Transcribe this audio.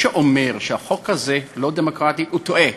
שאומר שהחוק הזה לא דמוקרטי הוא טועה,